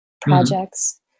projects